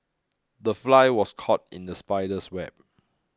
the fly was caught in the spider's web